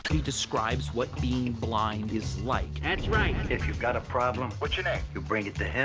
he describes what being blind is like. that's right! if you've got a problem what's your name? you bring it to him.